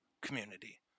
community